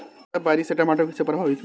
ज्यादा बारिस से टमाटर कइसे प्रभावित होयी?